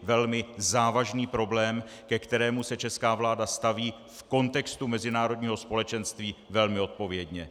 Velmi závažný problém, ke kterému se česká vláda staví v kontextu mezinárodního společenství velmi odpovědně.